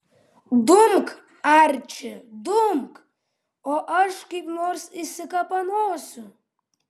dumk arči dumk o aš kaip nors išsikapanosiu